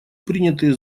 принятые